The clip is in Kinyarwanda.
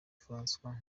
françois